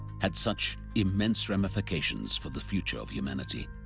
had such immense ramifications for the future of humanity.